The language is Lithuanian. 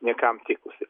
niekam tikusi